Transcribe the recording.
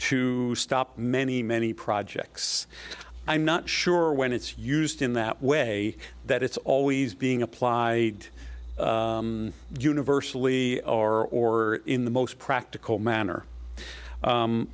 to stop many many projects i'm not sure when it's used in that way that it's always being applied universally or in the most practical manner